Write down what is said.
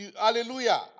Hallelujah